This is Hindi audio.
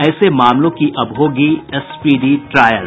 ऐसे मामलों की अब होगी स्पीडी ट्रायल